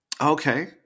Okay